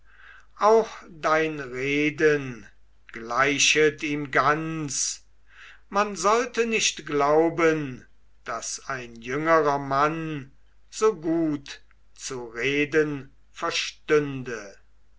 auch dein reden gleichet ihm ganz man sollte nicht glauben daß ein jüngerer mann so gut zu reden verstünde